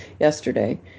yesterday